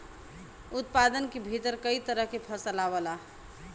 उत्पादन के भीतर कई तरह के फसल आवला